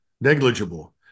negligible